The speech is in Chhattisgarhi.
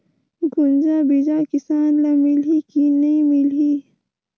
गुनजा बिजा किसान ल मिलही की नी मिलही?